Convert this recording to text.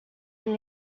and